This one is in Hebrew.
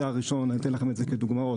אני אתן לכם את זה כדוגמאות.